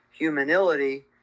Humanility